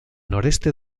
noreste